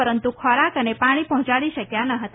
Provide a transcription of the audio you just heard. પરંતુ ખોરક અને પાણી પહોંચાડી શકયા ન હતા